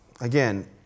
again